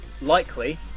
likely